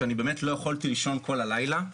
שלא יכולתי לישון כל הלילה.